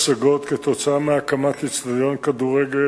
פורסם כי בתקופה האחרונה מתרבים ניסיונות הפיגוע ברכב